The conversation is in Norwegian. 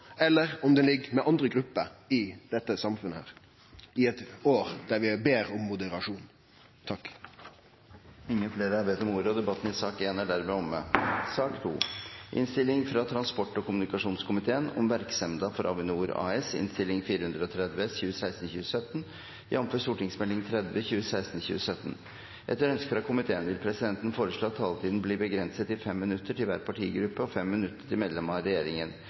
eller om han ligg hos andre grupper i dette samfunnet, i eit år da vi ber om moderasjon. Flere har ikke bedt om ordet til sak nr. 1. Etter ønske fra transport- og kommunikasjonskomiteen vil presidenten foreslå at taletiden blir begrenset til 5 minutter til hver partigruppe og 5 minutter til medlemmer av regjeringen.